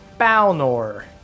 Balnor